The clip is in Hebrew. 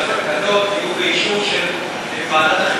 שהתקנות יהיו באישור של ועדת,